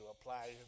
apply